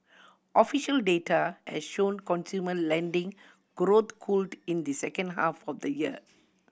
official data has shown consumer lending growth cooled in the second half of the year